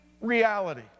reality